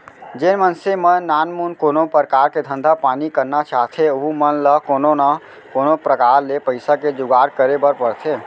जेन मनसे मन नानमुन कोनो परकार के धंधा पानी करना चाहथें ओहू मन ल कोनो न कोनो प्रकार ले पइसा के जुगाड़ करे बर परथे